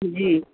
جی